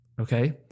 Okay